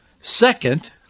Second